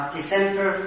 December